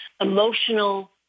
emotional